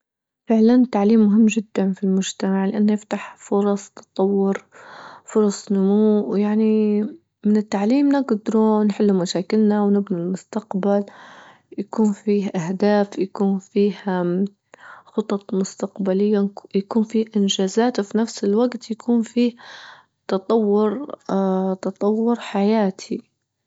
فعلا التعليم مهم جدا في المجتمع لأنه يفتح فرص تطور فرص نمو ويعني من التعليم نقدروا نحلوا مشاكلنا ونبنوا المستقبل يكون فيه أهداف يكون فيه خطط مستقبلية يكون في إنجازات وفنفس الوجت يكون في تطور آ تطور حياتي.